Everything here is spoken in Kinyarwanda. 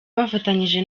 bafatanyije